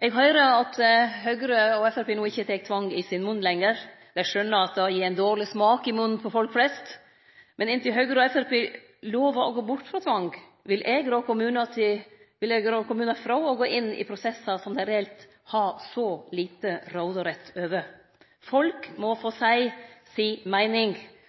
Eg høyrer at Høgre og Framstegspartiet no ikkje tek ordet «tvang» i sin munn lenger. Dei skjønar at det gir ein dårleg smak i munnen til folk flest. Men inntil Høgre og Framstegspartiet lovar å gå bort frå tvang, vil eg rå kommunar frå å gå inn i prosessar som dei har så lite reell råderett over. Folk må få seie si meining.